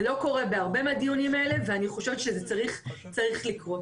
זה לא קורה בהרבה מהדיונים האלה ואני חושבת שזה צריך לקרות.